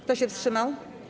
Kto się wstrzymał?